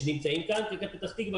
בפתח תקווה,